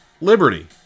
Liberty